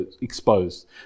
exposed